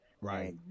right